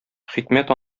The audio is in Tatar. хикмәт